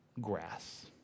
grass